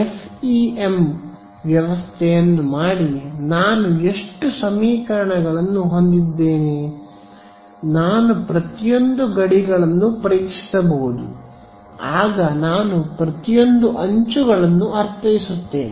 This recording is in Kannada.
ಎಫ್ಇಎಂ ವ್ಯವಸ್ಥೆಯನ್ನು ಮಾಡಿ ನಾನು ಎಷ್ಟು ಸಮೀಕರಣಗಳನ್ನು ಹೊಂದಿದ್ದೇನೆ ನಾನು ಪ್ರತಿಯೊಂದು ಗಡಿಗಳನ್ನು ಪರೀಕ್ಷಿಸಬಹುದು ಆಗ ನಾನು ಪ್ರತಿಯೊಂದು ಅಂಚುಗಳನ್ನು ಅರ್ಥೈಸುತ್ತೇನೆ